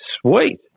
sweet